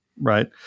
Right